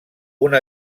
una